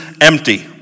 empty